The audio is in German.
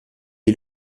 die